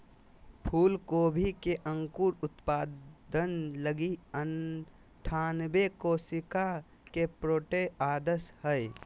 फूलगोभी के अंकुर उत्पादन लगी अनठानबे कोशिका के प्रोट्रे आदर्श हइ